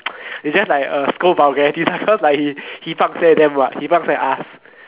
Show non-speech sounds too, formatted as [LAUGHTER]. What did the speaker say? [NOISE] is just like uh scold vulgarities cause like he pang seh them what he pang seh us